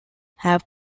have